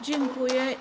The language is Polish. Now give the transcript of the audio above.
Dziękuję.